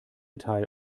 teil